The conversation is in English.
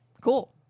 Cool